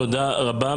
תודה רבה.